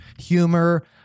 humor